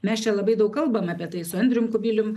mes čia labai daug kalbam apie tai su andrium kubilium